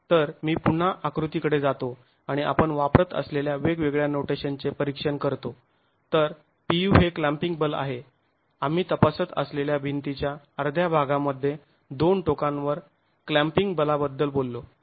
तर मी पुन्हा आकृती कडे जातो आणि आपण वापरत असलेल्या वेगवेगळ्या नोटेशन चे परीक्षण करतो तर Pu हे क्लॅंपिंग बल आहे आम्ही तपासत असलेल्या भिंतीच्या अर्ध्या भागांमध्ये दोन टोकांवर क्लॅंपिंग बला बद्दल बोललो